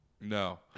No